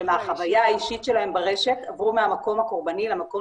שמהחוויה האישית שלהם ברשת עברו מהמקום הקורבני למקום